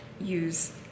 use